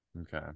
okay